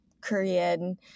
Korean